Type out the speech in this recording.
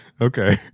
Okay